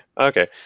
okay